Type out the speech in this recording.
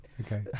okay